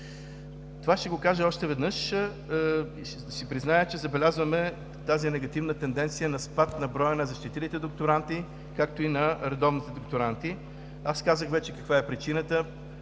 Това ще го кажа още веднъж, ще си призная, че забелязваме тази негативна тенденция на спад на броя на защитилите докторанти, както и на редовните докторанти. Аз казах вече каква е причината.